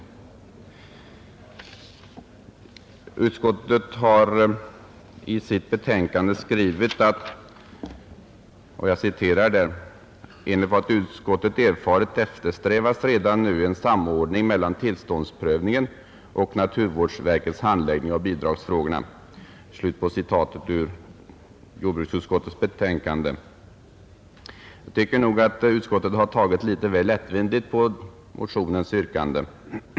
Jordbruksutskottet har i sitt betänkande skrivit: ”Enligt vad utskottet erfarit eftersträvas redan nu en samordning mellan tillståndsprövningen och naturvårdsverkets handläggning av bidragsfrågorna.” Jag tycker nog att utskottet har tagit litet väl lättvindigt på motionens yrkande.